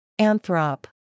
anthrop